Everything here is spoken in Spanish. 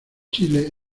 chile